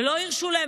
ולא הרשו להם.